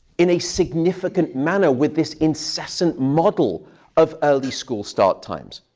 in a significant manner with this incessant model of early school start times.